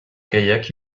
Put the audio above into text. kayak